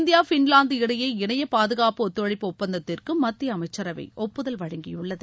India Finland இடையே இணைய பாதுகாப்பு ஒத்துழைப்பு ஒப்பந்தத்திற்கும் மத்திய அமைச்சரவை ஒப்புதல் வழங்கியுள்ளது